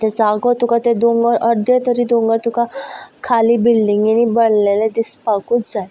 तो जागो ते दोंगर अर्दो तरी दोंगर तुका खाली बिल्डींगी बी भरलेली दिसपाकच जाय